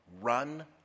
Run